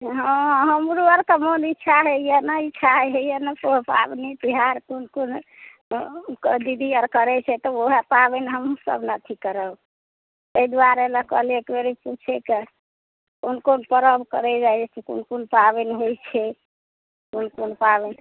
हाँ हमरो अओरके मोन इच्छा होइए ने मोन इच्छा होइए ने पबनी तिहार कोन कोन दीदी आओर करैत छै तऽ उएह पाबनि हमहूँसभ ने अथी करब अइ दुआरे ले कहलियै एकबेरी पूछयके कोन कोन परब करय जाइत छै कोन कोन पाबनि होइत छै कोन कोन पाबनि